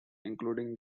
including